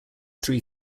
three